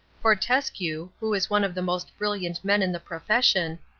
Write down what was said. fortescue, who is one of the most brilliant men in the profession,